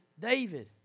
David